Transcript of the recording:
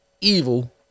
evil